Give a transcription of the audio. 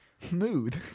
Smooth